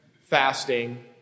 fasting